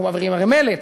אנחנו מעבירים הרי מלט,